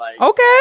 Okay